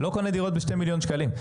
לא קונה דירות ב-2 מיליון שקלים.